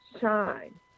shine